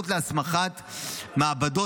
הרשות להסמכת מעבדות,